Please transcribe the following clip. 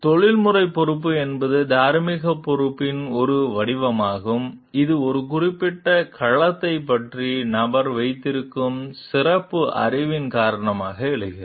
தொழில்முறை பொறுப்பு என்பது தார்மீக பொறுப்பின் ஒரு வடிவமாகும் இது ஒரு குறிப்பிட்ட களத்தைப் பற்றி நபர் வைத்திருக்கும் சிறப்பு அறிவின் காரணமாக எழுகிறது